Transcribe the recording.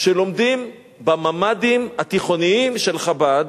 שלומדים בממ"דים התיכוניים של חב"ד,